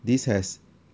this has